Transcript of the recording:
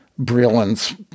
Breland's